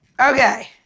Okay